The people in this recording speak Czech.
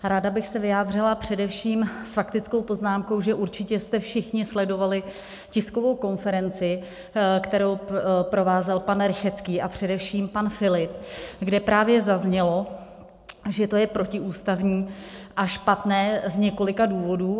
Ráda bych se vyjádřila především s faktickou poznámkou, že určitě jste všichni sledovali tiskovou konferenci, kterou provázel pan Rychetský a především pan Filip, kde právě zaznělo, že to je protiústavní a špatné z několika důvodů.